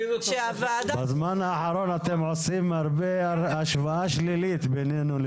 בזמן האחרון אתם עושים הרבה השוואה שלילית בינינו לביניכם.